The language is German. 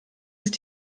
ist